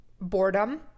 boredom